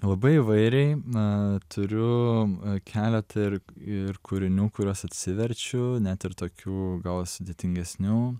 labai įvairiai na turiu keletą ir ir kūrinių kuriuos atsiverčiu net ir tokių gal sudėtingesnių